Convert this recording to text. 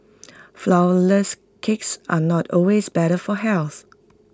Flourless Cakes are not always better for health